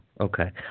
okay